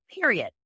period